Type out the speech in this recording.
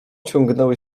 ciągnęły